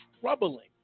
troubling